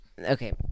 Okay